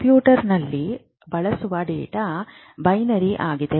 ಕಂಪ್ಯೂಟರ್ನಲ್ಲಿ ಬಳಸುವ data binary ಆಗಿದೆ